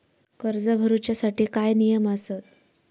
कर्ज भरूच्या साठी काय नियम आसत?